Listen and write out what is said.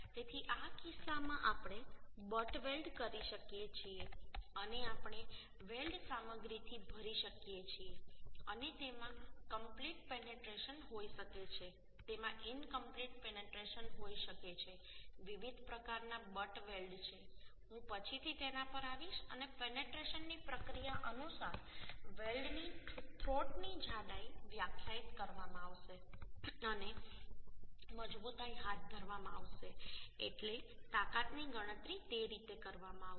તેથી આ કિસ્સામાં આપણે બટ વેલ્ડ કરી શકીએ છીએ અને આપણે વેલ્ડ સામગ્રીથી ભરી શકીએ છીએ અને તેમાં કમપ્લીટ પેનેટ્રેશન હોઈ શકે છે તેમાં ઈનકમપ્લીટ પેનેટ્રેશન હોઈ શકે છે વિવિધ પ્રકારના બટ વેલ્ડ છે હું પછીથી તેના પર આવીશ અને પેનેટ્રેશનની પ્રક્રિયા અનુસાર વેલ્ડની થ્રોટની જાડાઈ વ્યાખ્યાયિત કરવામાં આવશે અને મજબૂતાઈ હાથ ધરવામાં આવશે એટલે તાકાતની ગણતરી તે રીતે કરવામાં આવશે